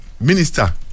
minister